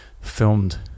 filmed